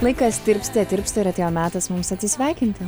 laikas tirpste tirpsta ir atėjo metas mums atsisveikinti